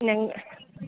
ഞങ്ങൾ